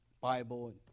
Bible